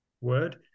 word